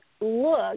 look